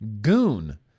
Goon